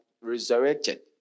resurrected